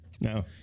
No